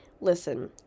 Listen